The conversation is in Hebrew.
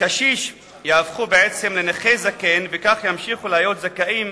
קשיש יהפכו בעצם לנכה זקן וכך ימשיכו להיות זכאים